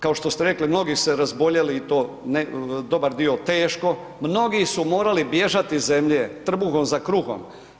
Kao što ste rekli mnogi su se razboljeli i to dobar dio teško, mnogi su morali bježati iz zemlje trbuhom za kruhom.